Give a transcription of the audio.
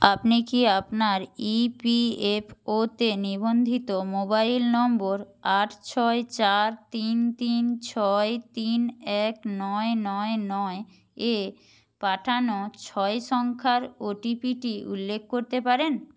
আপনি কি আপনার ইপিএফও তে নিবন্ধিত মোবাইল নম্বর আট ছয় চার তিন তিন ছয় তিন এক নয় নয় নয় এ পাঠানো ছয় সংখ্যার ওটিপিটি উল্লেখ করতে পারেন